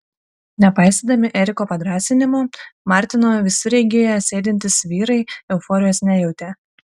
nepaisydami eriko padrąsinimų martino visureigyje sėdintys vyrai euforijos nejautė